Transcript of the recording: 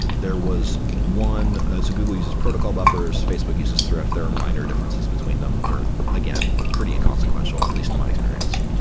there was one ah so google uses protocol buffers, facebook uses thrift. there are minor differences between them, but they're, again, pretty inconsequential, at least in my experience,